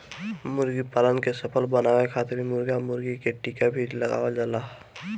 मुर्गीपालन के सफल बनावे खातिर मुर्गा मुर्गी के टीका भी लगावल जाला